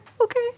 okay